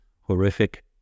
horrific